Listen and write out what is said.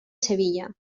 sevilla